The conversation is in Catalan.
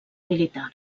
militar